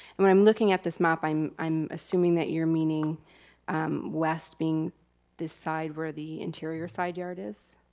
and when i'm looking at this map, i'm i'm assuming that you're meaning west being the side where the interior side yard is?